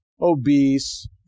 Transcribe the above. obese